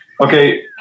okay